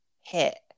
hit